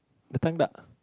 dah time tak